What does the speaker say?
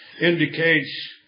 indicates